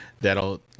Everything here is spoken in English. that'll